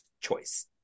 choice